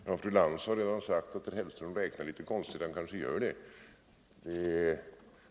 Fru talman! Fru Lantz har redan sagt att herr Hellström räknar litet konstigt. Han kanske gör det.